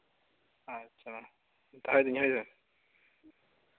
ᱟᱪᱪᱷᱟ ᱛᱟᱦᱚᱞᱮ ᱢᱟ ᱦᱳᱭ ᱥᱮ